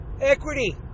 equity